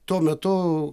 tuo metu